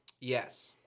Yes